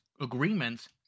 agreements